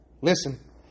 listen